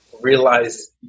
realize